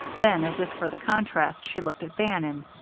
then, as if for the contrast, she looked at bannon.